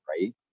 right